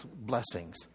blessings